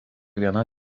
viena